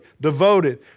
devoted